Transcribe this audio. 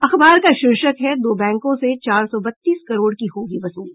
अखबार का शीर्षक है दो बैंकों से चार सौ बत्तीस करोड़ की होगी वसूली